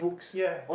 ya